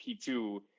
P2